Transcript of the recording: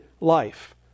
life